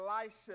Elisha